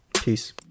Peace